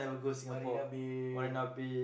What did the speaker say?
Marina-Bay